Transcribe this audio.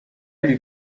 lui